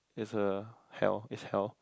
it's a hell is hell